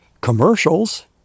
commercials